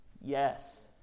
Yes